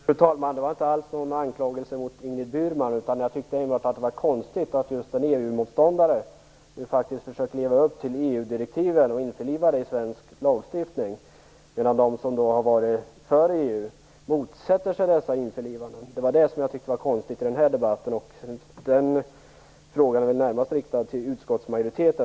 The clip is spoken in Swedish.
Fru talman! Det var inte alls någon anklagelse mot Ingrid Burman. Jag tycker bara att det är konstigt att just en EU-motståndare faktiskt vill att Sverige skall leva upp till EU-direktiven och införliva dem i svensk lagstiftning, medan de som har varit för EU motsätter sig detta införlivande. Det tycker jag är konstigt. Frågan hur det kommer sig är närmast riktad till utskottsmajoriteten.